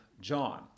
John